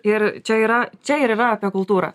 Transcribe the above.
ir čia yra čia ir yra apie kultūrą